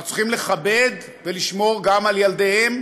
אנחנו צריכים לכבד ולשמור גם על ילדיהם,